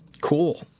cool